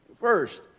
First